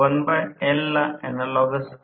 तर म्हणजेच पुढील टॉर्क स्लिप वैशिष्ट्ये आहेत